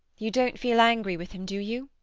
you don't feel angry with him, do you?